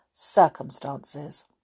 circumstances